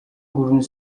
хүрэн